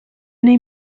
nei